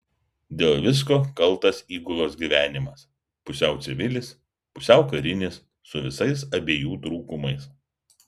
dėl visko kaltas įgulos gyvenimas pusiau civilis pusiau karinis su visais abiejų trūkumais